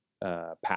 path